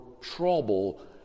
trouble